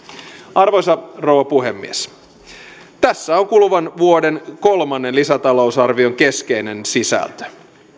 arvoisa rouva puhemies tässä on kuluvan vuoden kolmannen lisätalousarvion keskeinen sisältö